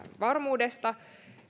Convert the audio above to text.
varmuudesta